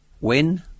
win